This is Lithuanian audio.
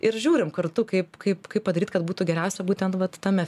ir žiūrim kartu kaip kaip kaip padaryt kad būtų geriausia būtent vat tame